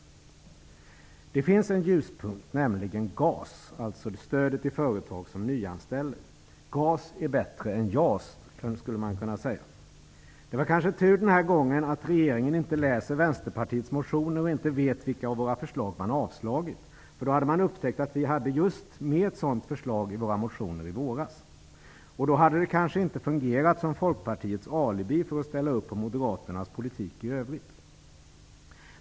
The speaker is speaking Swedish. Det finns en ljuspunkt, nämligen GAS, stödet till företag som nyanställer. GAS är bättre än JAS! Det skulle man kunna säga. Det var kanske tur den här gången att regeringen inte läser Vänsterpartiets motioner och inte vet vilka av våra förslag som avslagits. Annars hade man upptäckt att vi i Vänsterpartiet hade just ett sådant förslag i våra motioner i våras. Då hade förslaget kanske inte fungerat som Folkpartiets alibi för att ställa upp på moderaternas politik i övrigt.